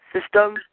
system